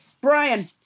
Brian